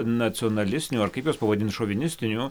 nacionalistinių ar kaip juos pavadint šovinistinių